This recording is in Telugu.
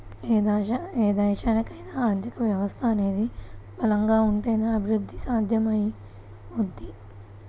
ఏ దేశానికైనా ఆర్థిక వ్యవస్థ అనేది బలంగా ఉంటేనే అభిరుద్ధి సాధ్యమవుద్ది